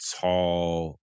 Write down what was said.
tall